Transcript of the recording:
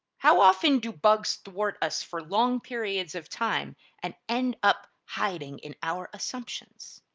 how often do bugs thwart us for long periods of time and end up hiding in our assumptions?